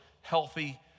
healthy